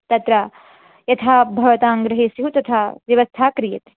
तत्र यथा भवतां गृहे स्युः तथा व्यवस्था क्रियते